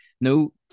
no